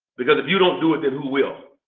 because if you don't do it, then who will?